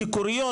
כקוריוז,